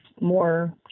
more